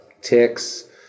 ticks